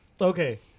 okay